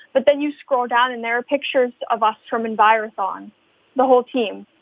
but then you scroll down, and there are pictures of us from envirothon, the whole team.